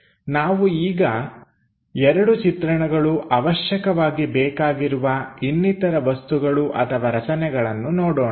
ನಾವು ಈಗ ಎರಡು ಚಿತ್ರಣಗಳು ಅವಶ್ಯಕವಾಗಿ ಬೇಕಾಗಿರುವ ಇನ್ನಿತರ ವಸ್ತುಗಳು ಅಥವಾ ರಚನೆಗಳನ್ನು ನೋಡೋಣ